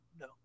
No